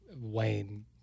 Wayne